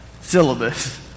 syllabus